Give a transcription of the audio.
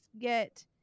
get